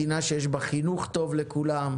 מדינה שיש בה חינוך טוב לכולם,